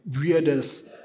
weirdest